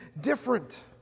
different